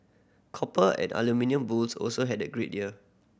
copper and aluminium bulls also had a great year